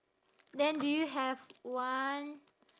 then do you have one